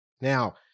Now